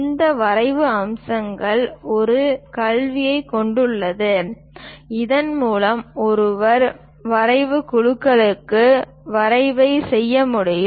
ஒரு வரைவு அம்சங்கள் ஒரு கவ்வியைக் கொண்டுள்ளது இதன் மூலம் ஒருவர் வரைவுக் குழுவிற்கு வரைவை சரிசெய்ய முடியும்